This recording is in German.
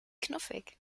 knuffig